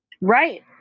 right